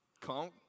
Come